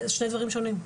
זה שני דברים שונים.